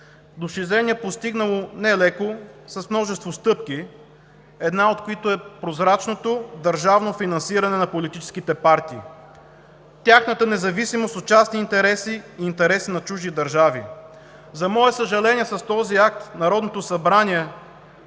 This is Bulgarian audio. достижение, постигнато нелеко, с множество стъпки, една от които е прозрачното държавно финансиране на политическите партии, тяхната независимост от частни интереси и интерес на чужди държави. За мое съжаление, с този акт Народното събрание